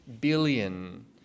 billion